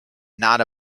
not